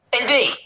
Indeed